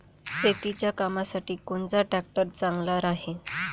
शेतीच्या कामासाठी कोनचा ट्रॅक्टर चांगला राहीन?